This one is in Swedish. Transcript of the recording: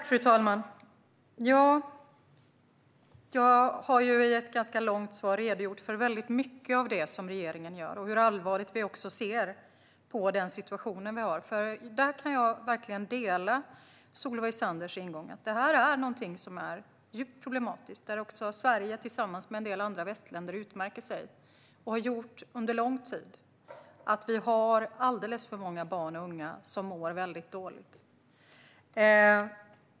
Fru talman! Jag har ju i ett ganska långt svar redogjort för väldigt mycket av det som regeringen gör och hur allvarligt vi ser på den situation vi har. Där kan jag verkligen dela Solveig Zanders ingång - det här är djupt problematiskt och även ett område där Sverige och andra västländer utmärker sig och så har gjort under lång tid. Vi har alldeles för många barn och unga som mår väldigt dåligt.